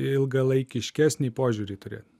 ilgalaikiškesnį požiūrį turėt